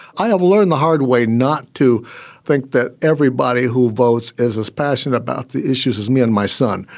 i have learned the hard way not to think that everybody who votes is as passionate about the issues as me and my son.